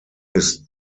his